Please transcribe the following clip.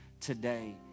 today